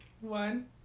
One